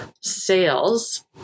sales